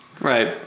right